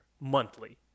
monthly